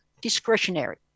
discretionary